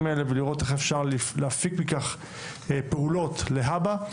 האלה ולראות איך אפשר להפיק מכך פעולות להבא.